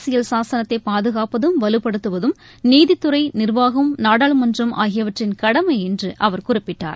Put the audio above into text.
அரசியல் சாசனத்தை பாதுகாப்பதும் வலுப்படுத்துவதும் நீதித்துறை நிாவாகம் நாடாளுமன்றம் ஆகியவற்றின் கடமை என்று அவர் குறிப்பிட்டார்